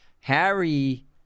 Harry